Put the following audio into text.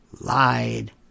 lied